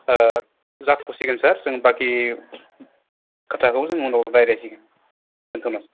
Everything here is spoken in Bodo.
जाथ'सिगोन सार जों बाखि खोथाखौ जों उनाव रायज्लायसिगोन दोन्थबाय